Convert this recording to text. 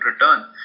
return